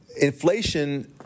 Inflation